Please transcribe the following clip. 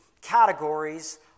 categories